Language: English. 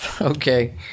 okay